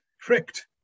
tricked